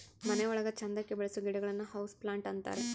ಮನೆ ಒಳಗ ಚಂದಕ್ಕೆ ಬೆಳಿಸೋ ಗಿಡಗಳನ್ನ ಹೌಸ್ ಪ್ಲಾಂಟ್ ಅಂತಾರೆ